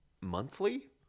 monthly